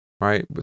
right